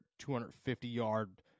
250-yard